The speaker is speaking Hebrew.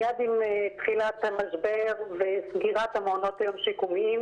מייד עם תחילת המשבר וסגירת מעונות היום השיקומיים